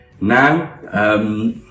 now